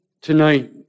tonight